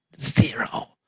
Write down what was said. zero